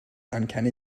uncanny